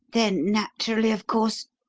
then, naturally, of course